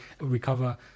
recover